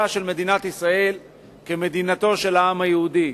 של מדינת ישראל כמדינתו של העם היהודי.